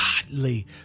godly